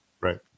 Right